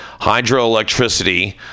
hydroelectricity